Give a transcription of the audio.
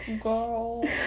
girl